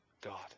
God